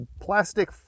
plastic